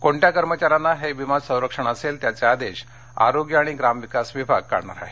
कोणत्या कर्मचाऱ्यांना हे विमा संरक्षण असेल याचे आदेश आरोग्य आणि ग्रामविकास विभाग काढणार आहेत